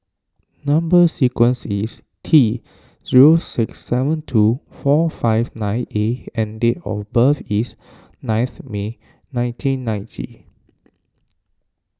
Number Sequence is T zero six seven two four five nine A and date of birth is ninth May nineteen ninety